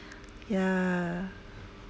yeah